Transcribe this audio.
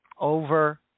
over